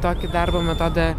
tokį darbo metodą